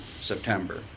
September